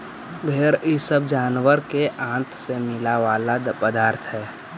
भेंड़ इ सब जानवर के आँत से मिला वाला पदार्थ हई